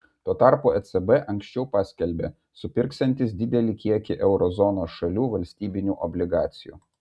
tuo tarpu ecb anksčiau paskelbė supirksiantis didelį kiekį euro zonos šalių valstybinių obligacijų